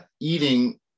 eating